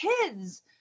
kids